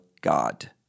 God